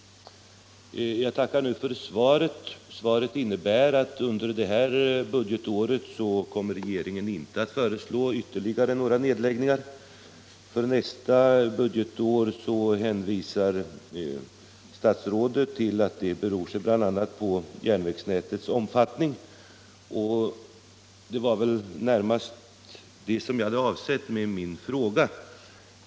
Jag tackar för svaret. Det innebär att detta budgetår kommer regeringen inte att föreslå ytterligare nedläggningar. För kommande budgetår hänvisar statsrådet till att storleken av bidraget till drift av icke lönsamma järnvägslinjer blir beroende av järnvägsnätets omfattning. Det var närmast detta som jag hade avsett med min fråga.